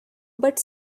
but